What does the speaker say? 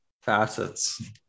facets